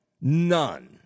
None